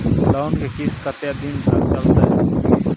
Loan के किस्त कत्ते दिन तक चलते?